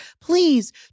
please